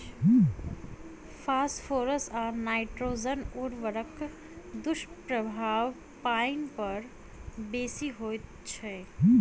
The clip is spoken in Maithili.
फास्फोरस आ नाइट्रोजन उर्वरकक दुष्प्रभाव पाइन पर बेसी होइत छै